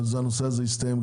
אבל גם הנושא הזה יסתיים.